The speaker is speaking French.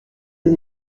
des